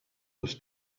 was